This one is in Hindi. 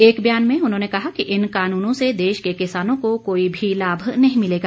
एक बयान में उन्होंने कहा कि इन कानूनों से देश के किसानों को कोई भी लाभ नहीं मिलेगा